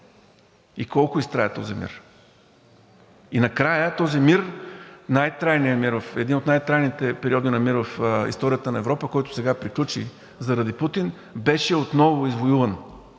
И колко изтрая този мир? И накрая този мир – най-трайния мир в... един от най-трайните периоди на мир в историята на Европа, който сега приключи заради Путин, беше отново извоюван.